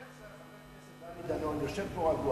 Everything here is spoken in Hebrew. איך זה שחבר הכנסת דני דנון יושב פה רגוע?